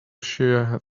shear